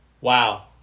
Wow